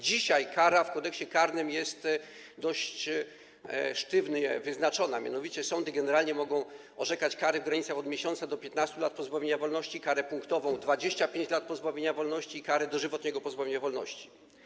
Dzisiaj kara w Kodeksie karnym jest dość sztywno wyznaczona: sądy mogą orzekać kary w granicach od 1 miesiąca do 15 lat pozbawienia wolności, karę punktową 25 lat pozbawienia wolności i karę dożywotniego pozbawienia wolności.